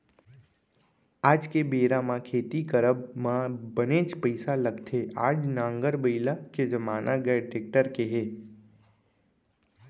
आज के बेरा म खेती करब म बनेच पइसा लगथे आज नांगर बइला के जमाना गय टेक्टर के जमाना आगे हवय